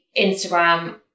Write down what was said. Instagram